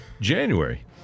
january